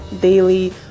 daily